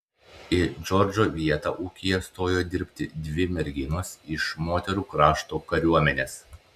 į džordžo vietą ūkyje stojo dirbti dvi merginos iš moterų krašto kariuomenės